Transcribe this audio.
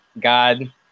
God